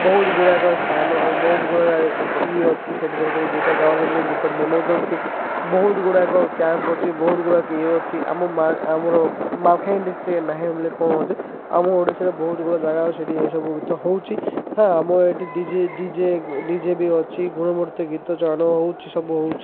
ବହୁତ ଗୁଡ଼ାକ ସ୍ଥାନ ବହୁତ ଗୁଡ଼ାକ ଇଏ ଅଛି ସେଇଠି ଯାଇକରି ଗୀତ ଗାଉଛନ୍ତି ଗୀତ ବନଉଛନ୍ତି ବହୁତ ଗୁଡ଼ାକ କ୍ୟାମ୍ପ୍ ଅଛି ବହୁତ ଗୁଡ଼ାକ ଇଏ ଅଛି ଆମ ଆମର ମାଲକାନଗିରି ଡିଷ୍ଟ୍ରିକ୍ରେ ନାହିଁ ବୋଲି କ'ଣ ହେଉଛିି ଆମ ଓଡ଼ିଶାରେ ବହୁତ ଗୁଡ଼ାଏ ଜାଗା ଅଛି ସେଇଠି ଏସବୁ ଗୀତ ହେଉଛି ହଁ ଆମର ଏଇଠି D J D J D J ବି ଅଛି ଗୁଣବତ୍ତା ଗୀତ ଚୟନ ହେଉଛି ସବୁ ହେଉଛି